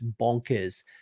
bonkers